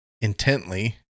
intently